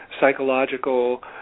psychological